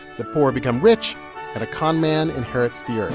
the poor become rich and a con man inherits the earth